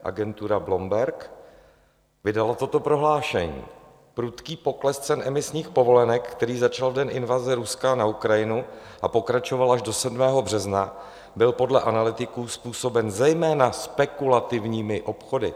Agentura Bloomberg vydala toto prohlášení: prudký pokles cen emisních povolenek, který začal v den invaze Ruska na Ukrajinu a pokračoval až do 7. března, byl podle analytiků způsoben zejména spekulativními obchody.